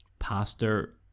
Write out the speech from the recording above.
pastor